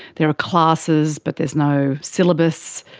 there are classes but there's no syllabus,